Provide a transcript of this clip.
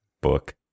book